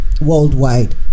Worldwide